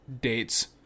dates